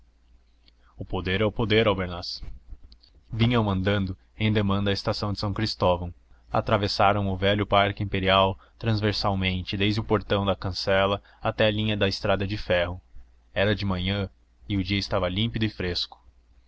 o poder é o poder albernaz vinham andando em demanda à estação de são cristóvão atravessaram o velho parque imperial transversalmente desde o portão da cancela até à linha da estrada de ferro era de manhã e o dia estava límpido e fresco